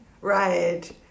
Right